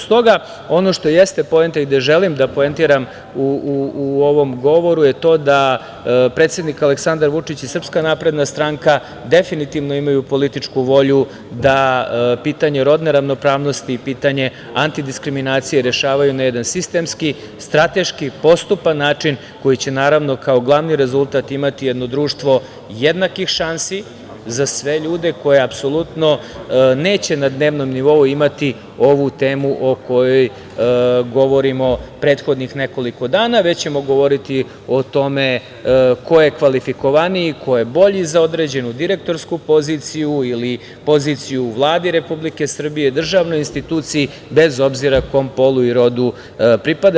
Stoga, što jeste poenta i gde želim da poentiram u ovom govoru je to da predsednik Aleksandar Vučić i SNS imaju političku volju da pitanje rodne ravnopravnosti i pitanje antidiskriminacije rešavaju na jedan sistemski, strateški, postupan način koji će kao glavni rezultat imati jedno društvo jednakih šansi za sve ljude koji apsolutno neće na dnevnom nivou imati ovu temu o kojoj govorimo prethodnih nekoliko dana, već ćemo govoriti o tome ko je kvalifikovaniji, ko je bolji za određenu direktorsku poziciju ili poziciju u Vladi Republike Srbije, državnoj instituciji, bez obzira kom polu i rodu pripada.